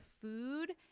food